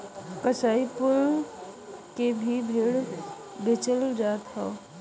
कसाई कुल के भी भेड़ बेचे जात हौ